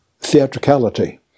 theatricality